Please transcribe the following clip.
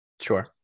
Sure